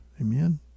Amen